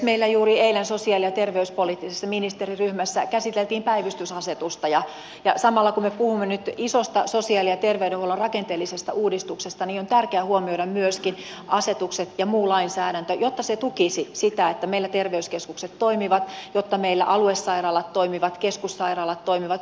meillä juuri eilen sosiaali ja terveyspoliittisessa ministeriryhmässä käsiteltiin päivystysasetusta ja samalla kun me puhumme nyt isosta sosiaali ja terveydenhuollon rakenteellisesta uudistuksesta niin on tärkeää huomioida myöskin asetukset ja muu lainsäädäntö jotta se tukisi sitä että meillä terveyskeskukset toimivat jotta meillä aluesairaalat toimivat keskussairaalat toimivat synnytyssairaalat toimivat